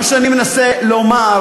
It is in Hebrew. מה שאני מנסה לומר,